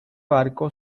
barco